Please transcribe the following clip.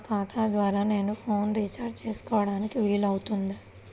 నా ఖాతా ద్వారా నేను ఫోన్ రీఛార్జ్ చేసుకోవడానికి వీలు అవుతుందా?